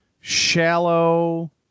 shallow